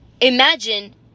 imagine